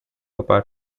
apart